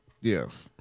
Yes